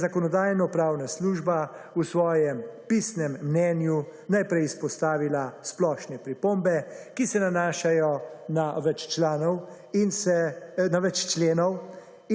da je Zakonodajno-pravna služba v svojem pisnem mnenju najprej izpostavila splošne pripombe, ki se nanašajo na več členov in se nanašajo